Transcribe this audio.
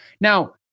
Now